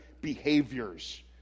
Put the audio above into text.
behaviors